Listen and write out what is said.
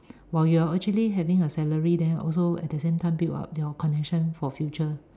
while you're actually having a salary then also at the same time build up your connection for future